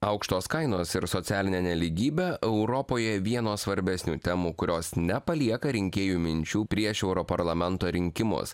aukštos kainos ir socialinė nelygybė europoje vienos svarbesnių temų kurios nepalieka rinkėjų minčių prieš europarlamento rinkimus